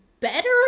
better